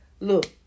look